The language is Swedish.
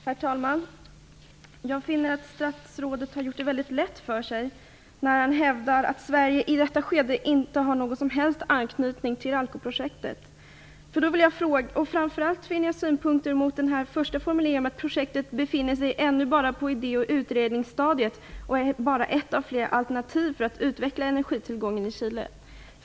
Herr talman! Jag finner att statsrådet gör det väldigt lätt för sig, när han hävdar att Sverige i detta skede inte har någon som helst anknytning till Ralcoprojektet. Framför allt har jag synpunkter på följande formulering: "Projektet befinner sig ännu bara på idé och utredningsstadiet och är bara ett av flera alternativ för att utveckla energitillgången i Chile."